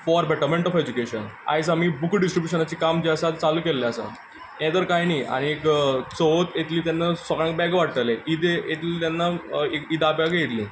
four betterment of education आयज आमी बुकां डिस्ट्रीब्यूशनाचें जें काम आसा तें चालू केल्लें आसा हें तर कांय न्ही आनीक चवथ येतली तेन्ना सगळ्यांक बेगां वाट्टले ईद येतलें तेन्ना ईदा बेगां येतली